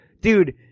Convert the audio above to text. Dude